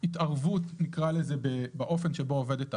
התערבות באופן שבו עובדת הרשת.